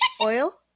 Oil